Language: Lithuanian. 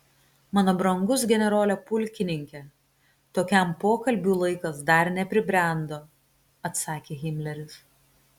mano brangus generole pulkininke tokiam pokalbiui laikas dar nepribrendo atsakė himleris